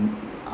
ah